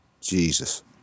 Jesus